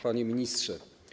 Panie Ministrze!